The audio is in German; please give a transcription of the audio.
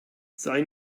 sei